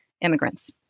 immigrants